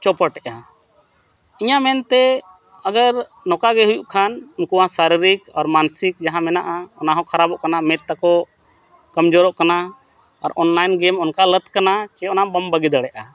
ᱪᱚᱯᱚᱴᱮᱫᱼᱟ ᱤᱧᱟᱹᱜ ᱢᱮᱱᱛᱮ ᱟᱜᱟᱨ ᱱᱚᱠᱟ ᱜᱮ ᱦᱩᱭᱩᱜ ᱠᱷᱟᱱ ᱩᱱᱠᱩᱣᱟᱜ ᱥᱟᱨᱤᱨᱤᱠ ᱟᱨ ᱢᱟᱱᱥᱤᱠ ᱡᱟᱦᱟᱸ ᱢᱮᱱᱟᱜᱼᱟ ᱚᱱᱟ ᱦᱚᱸ ᱠᱷᱟᱨᱟᱯᱚᱜ ᱠᱟᱱᱟ ᱢᱮᱫ ᱛᱟᱠᱚ ᱠᱟᱢᱡᱳᱨᱚᱜ ᱠᱟᱱᱟ ᱟᱨ ᱚᱱᱠᱟ ᱞᱟᱹᱛ ᱠᱟᱱᱟ ᱪᱮᱫ ᱚᱱᱟ ᱵᱟᱢ ᱵᱟᱹᱜᱤ ᱫᱟᱲᱮᱭᱟᱜᱼᱟ